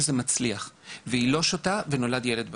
אז זה מצליח, היא לא שותה ונולד ילד בריא.